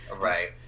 right